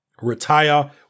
retire